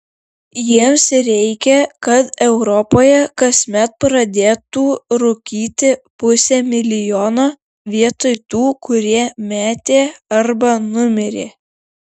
jiems reikia kad europoje kasmet pradėtų rūkyti pusė milijono vietoj tų kurie metė arba numirė